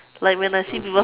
like when I see people